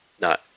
No